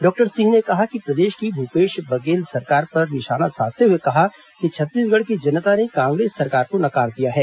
doctor Singh ने कहा कि प्रदेश की भूपेश बघेल सरकार पर निशाना साधते हुए कहा कि छत्तीसगढ़ की जनता ने कांग्रेस सरकार को नकार दिया है